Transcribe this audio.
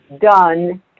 done